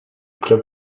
club